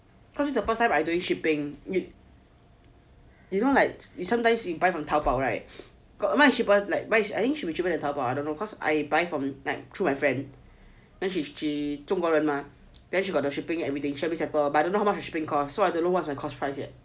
cause it's the first time I doing shipping we you know like sometimes you buy from Taobao right got mine should be cheaper than Taobao I don't know cause I buy from like through my friend then she 中国人 mah then she got the shipping everything she help me settle but I don't know how much the shipping costs so I don't know what's my cost price yet